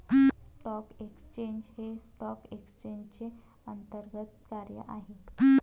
stock exchange हे stock एक्सचेंजचे अंतर्गत कार्य आहे